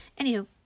Anywho